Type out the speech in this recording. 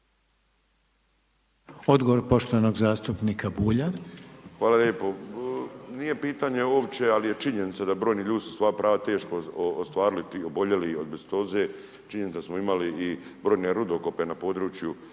Odgovor poštovanog zastupnika Bulja. **Bulj, Miro (MOST)** Hvala lijepa. Nije pitanje uopće, ali je činjenica da brojni ljudi su svoja prava teško ostvarili, ti oboljeli od azbestoze, činjenica je da smo imali i brojne rudokope na području